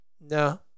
no